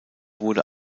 wurde